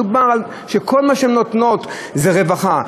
מדובר על כך שכל מה שהן נותנות זה רווחה.